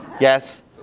Yes